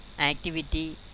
activity